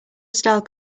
style